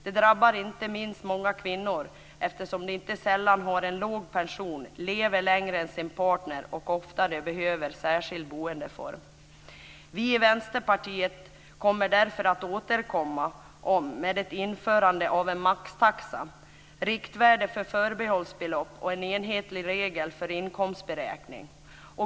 Det drabbar inte minst många kvinnor, eftersom de inte sällan har en låg pension, lever längre än sin partner och oftare behöver särskild boendeform. Vi i Vänsterpartiet kommer därför att återkomma med förslag om ett införande av en maxtaxa, ett riktvärde för förbehållsbelopp och en enhetlig regel för inkomstberäkning.